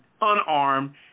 unarmed